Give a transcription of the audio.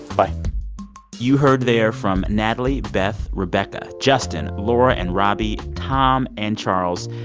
bye you heard there from natalie, beth, rebecca, justin, laura and robby, tom and charles.